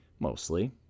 mostly